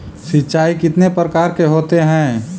सिंचाई कितने प्रकार के होते हैं?